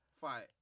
fight